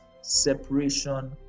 separation